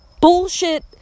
bullshit